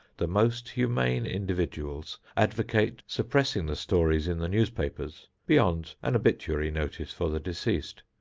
the most humane individuals advocate suppressing the stories in the newspapers, beyond an obituary notice for the deceased,